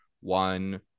one